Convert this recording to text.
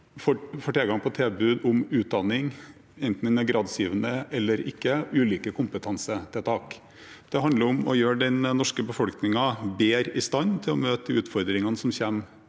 får tilgang til og tilbud om utdanning, enten den er gradsgivende eller ikke, og ulike kompetansetiltak. Det handler om å gjøre den norske befolkningen bedre i stand til å møte de utfordringene som kommer